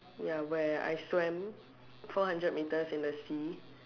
ya where I swam four hundred meters in the sea